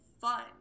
fun